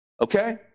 Okay